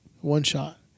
one-shot